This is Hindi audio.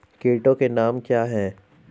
कीटों के नाम क्या हैं?